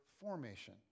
formation